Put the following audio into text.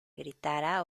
gritara